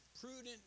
prudent